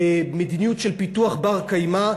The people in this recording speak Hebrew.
מדיניות של פיתוח בר-קיימא,